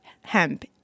Hemp